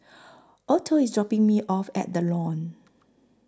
Otho IS dropping Me off At The Lawn